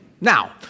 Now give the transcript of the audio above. Now